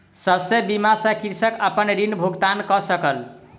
शस्य बीमा सॅ कृषक अपन ऋण भुगतान कय सकल